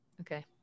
Okay